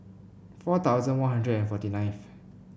four thousand One Hundred and forty nine